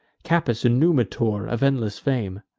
capys, and numitor, of endless fame.